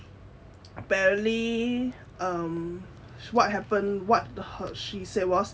apparently um what happen what she said was